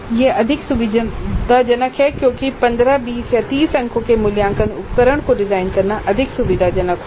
यह अधिक सुविधाजनक है क्योंकि 15 20 या 30 अंकों के मूल्यांकन उपकरण को डिजाइन करना अधिक सुविधाजनक होगा